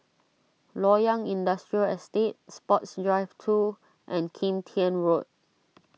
Loyang Industrial Estate Sports Drive two and Kim Tian Road